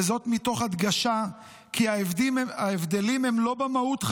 וזאת מתוך הדגשה כי ההבדלים הם לא במהות,